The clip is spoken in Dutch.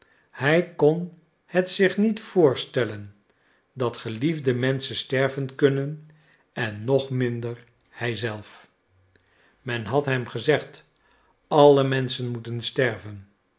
hij kon het zich niet voorstellen dat geliefde menschen sterven kunnen en nog minder hij zelf men had hem gezegd alle menschen moeten sterven